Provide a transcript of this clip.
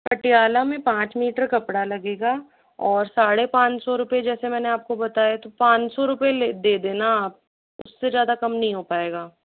पटियाला में पाँच मीटर कपड़ा लगेगा और साढ़े पाँच सौ रुपये जैसे मैंने आपको बताया कि तो पाँच सौ रुपये दे देना आप उससे ज़्यादा कम नहीं हो पाएगा